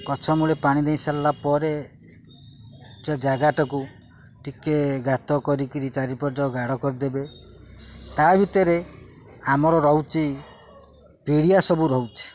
ଗଛ ମୂଳରେ ପାଣି ଦେଇ ସାରିଲା ପରେ ସେ ଜାଗାଟାକୁ ଟିକେ ଗାତ କରିକିରି ଚାରିପଟ ଗାଡ଼ କରିଦେବେ ତା ଭିତରେ ଆମର ରହୁଛି ପିଡ଼ିଆ ସବୁ ରହୁଛି